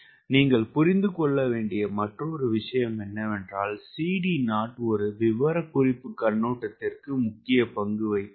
நீங்கள் புரிந்து கொள்ள வேண்டிய மற்றொரு விஷயம் என்னவென்றால் CD0 ஒரு விவரக்குறிப்புக் கண்ணோட்டத்தில் முக்கிய பங்கு வகிக்கிறது